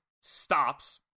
stops